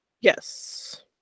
Yes